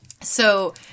So-